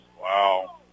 wow